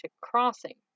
crossing